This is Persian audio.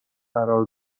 قرار